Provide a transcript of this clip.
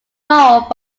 moreover